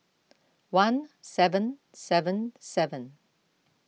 one seven seven seven